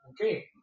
Okay